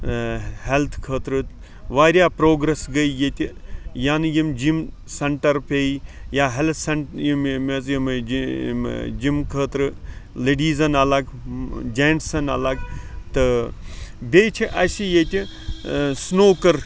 health خٲطرٕ واریاہ progress گٔے ییٚتہِ یَنِہ یِم جِم سَنٹَر پیٚیہ یا ہیٚلتھ سَن یِم یِم حظ یِم یِم جِم خٲطرٕ لیٚڈِیٖزَن اَلَگ جَنٹسَن اَلَگ تہٕ بیٚیہِ چھِ اَسہِ ییٚتہِ سنوکر